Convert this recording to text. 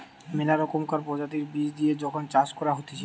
মেলা রকমকার প্রজাতির বীজ দিয়ে যখন চাষ করা হতিছে